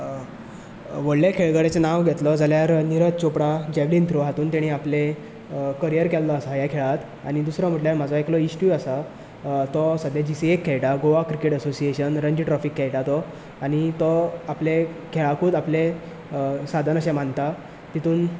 व्हडल्या खेळगड्याचें नांव घेतलो जाल्यार नीरज चोपडा जेवली थ्रो हातूंत ताणें आपलें करियर केल्लो आसा ह्या खेळांत आनी दुसरो म्हणल्यार म्हजो एकटो इश्टूय आसा तो सद्या जी सी ए क खेळटा गोवा क्रिकेट असोसिएशन रंजी ट्रॉफीक खेळटा तो आनी तो आपले खेळाकूच आपलें साधन अशें मानता तितून